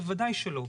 בוודאי שלא,